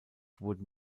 wurde